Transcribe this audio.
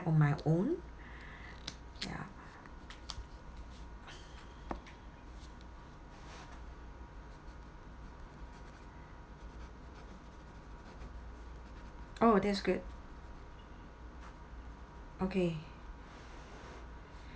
on my own ya oh that's good okay